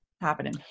happening